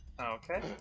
Okay